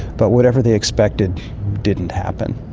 but whatever they expected didn't happen.